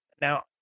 now